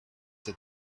that